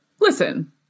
Listen